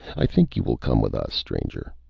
i think you will come with us, stranger.